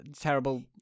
terrible